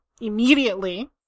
immediately